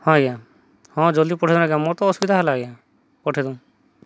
ହଁ ଆଜ୍ଞା ହଁ ଜଲ୍ଦି ପଠେଇଦଲେ ଆଜ୍ଞା ମୋର ତ ଅସୁବିଧା ହେଲା ଆଜ୍ଞା ପଠେଇଦଉନ୍